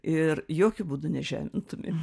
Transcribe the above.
ir jokiu būdu nežemintumėm